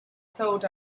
thought